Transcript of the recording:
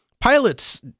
pilots